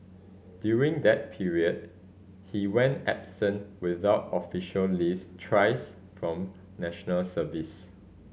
during that period he went absent without official leaves thrice from National Service